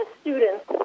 students